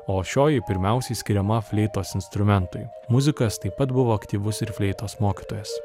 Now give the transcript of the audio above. o šioji pirmiausiai skiriama fleitos instrumentui muzikas taip pat buvo aktyvus ir fleitos mokytojas